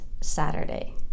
Saturday